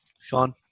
Sean